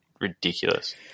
ridiculous